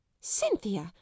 cynthia